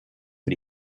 für